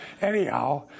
Anyhow